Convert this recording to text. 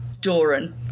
Doran